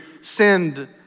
send